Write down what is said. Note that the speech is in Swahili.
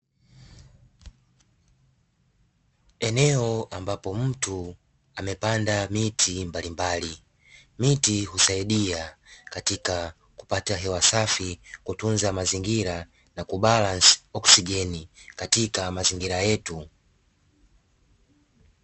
Eneo ambapo mtu amepanda miti mbalimbali, miti husaidia katika kupata hewa safi kutunza mazingira na kubalance oksijeni katika mazingira yetu.